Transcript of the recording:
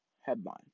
headline